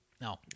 no